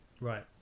Right